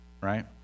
Right